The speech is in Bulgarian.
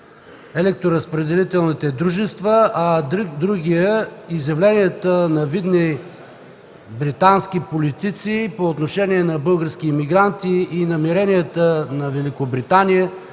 електроразпределителните дружества и изявленията на видни британски политици по отношение на български емигранти, и намеренията на Великобритания